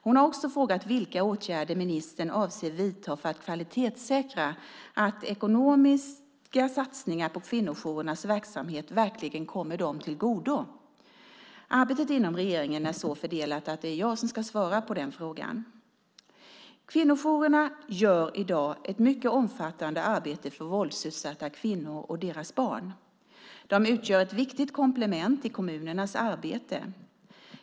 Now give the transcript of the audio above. Hon har också frågat vilka åtgärder ministern avser att vidta för att kvalitetssäkra att ekonomiska satsningar på kvinnojourernas verksamhet verkligen kommer dem till godo. Arbetet inom regeringen är så fördelat att det är jag som ska svara på frågan. Kvinnojourerna gör i dag ett mycket omfattande arbete för våldsutsatta kvinnor och deras barn. De utgör ett viktigt komplement till kommunernas arbete.